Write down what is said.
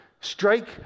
Strike